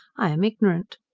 i am ignorant.